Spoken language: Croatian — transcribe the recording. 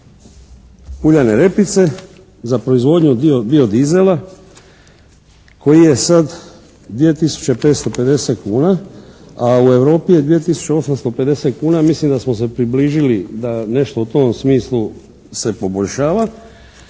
uljane repice za proizvodnju bio dizela koji je sad 2 tisuće 550 kuna a u Europi je 2 tisuće 850 kuna. Mislim da smo se približili da nešto u tom smislu se poboljšava